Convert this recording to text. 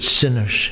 sinners